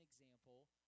example